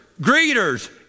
greeters